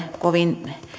kovin